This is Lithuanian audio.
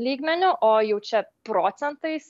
lygmeniu o jau čia procentais